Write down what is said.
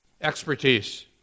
expertise